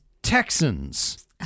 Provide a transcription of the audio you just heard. Texans